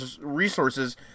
resources